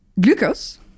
glucose